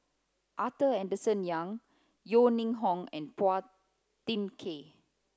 Arthur Henderson Young Yeo Ning Hong and Phua Thin Kiay